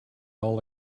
all